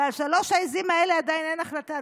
ועל שלוש העיזים האלה עדיין אין החלטה,